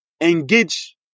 engage